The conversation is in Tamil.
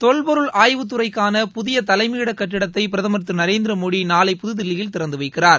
தொல்பொருள் ஆய்வுத்துறைக்கான புதிய தலைமையிட கட்டிடத்தை பிரதமர் திரு நரேந்திரமோடி நாளை புதுதில்லியில் திறந்துவைக்கிறார்